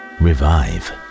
revive